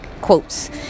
quotes